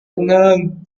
tenang